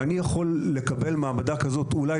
אני יכול לקבל מעבדה כזאת אולי,